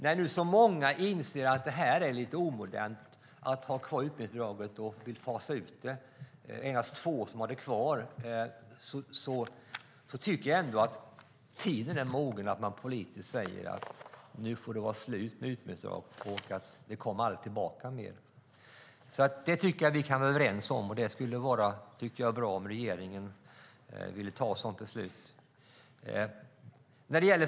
Det är nu många som inser att det är lite omodernt att ha kvar utbildningsbidraget och vill fasa ut det. Det är endast två som har det kvar. Jag tycker att tiden är mogen att man politiskt säger: Nu får det vara slut med utbildningsbidrag, och det kommer aldrig tillbaka mer. Det tycker jag att vi kan vara överens om, och det skulle vara bra om regeringen ville fatta ett sådant beslut.